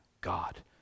God